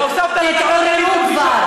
אלה הן הפנים האמיתיות, את מנהיגת אפרטהייד.